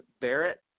Barrett